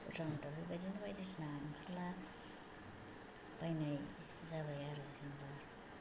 खर्सामत' बेबायदिनो बायदिसिना ओंखारला बायनाय जाबाय आरो जेनेबा